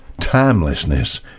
timelessness